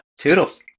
Toodles